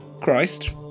Christ